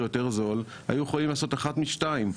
יותר זול היו יכולים לעשות אחת משתיים,